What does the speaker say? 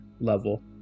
level